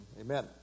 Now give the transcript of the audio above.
Amen